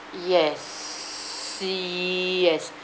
yes see yes